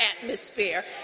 atmosphere